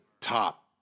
top